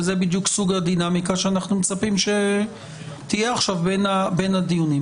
וזה בדיוק סוג הדינמיקה שאנחנו מצפים שיהיה עכשיו בין הדיונים.